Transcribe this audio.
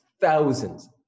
thousands